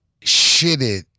shitted